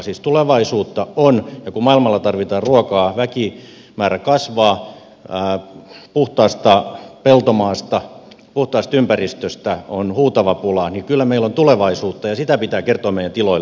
siis tulevaisuutta on ja kun maailmalla tarvitaan ruokaa väkimäärä kasvaa puhtaasta peltomaasta puhtaasta ympäristöstä on huutava pula niin kyllä meillä on tulevaisuutta ja siitä pitää kertoa meidän tiloille